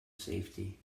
safety